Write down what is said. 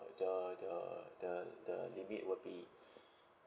the the the the limit will be